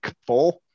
four